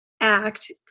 act